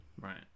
Right